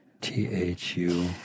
T-H-U